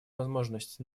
возможность